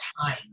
time